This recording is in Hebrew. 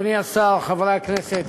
אדוני השר, חברי הכנסת,